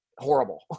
horrible